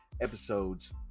episodes